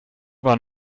war